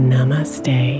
Namaste